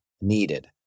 needed